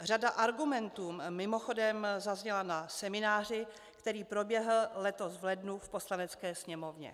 Řada argumentů mimochodem zazněla na semináři, který proběhl letos v lednu v Poslanecké sněmovně.